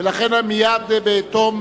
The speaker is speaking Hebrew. ולכן מייד בתום